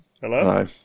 Hello